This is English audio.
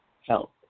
health